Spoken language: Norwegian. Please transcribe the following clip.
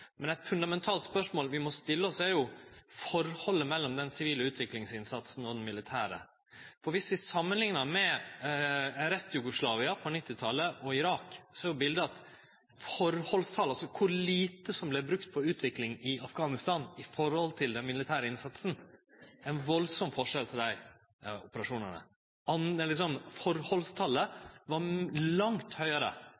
men eit fundamentalt spørsmål vi må stille oss, er forholdet mellom den sivile og den militære utviklingsinnsatsen. Viss vi samanliknar med Rest-Jugoslavia på 1990-tallet og Irak, er bildet at forholdstalet – kor lite som er brukt på utvikling i Afghanistan i forhold til den militære innsatsen – enormt forskjellig i dei operasjonane.